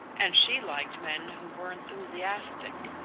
and she liked men who were enthusiastic.